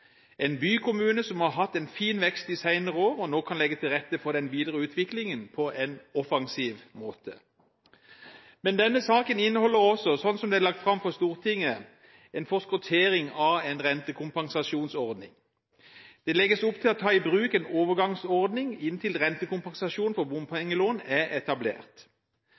en bykommune som har hatt en fin vekst de senere år, og som nå kan legge til rette for den videre utviklingen på en offensiv måte. Men denne saken inneholder også, slik som den er lagt fram for Stortinget, en forskuttering av en rentekompensasjonsordning. Det legges opp til å ta i bruk en overgangsordning inntil rentekompensasjon for bompengelån er etablert.